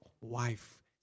wife